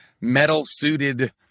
metal-suited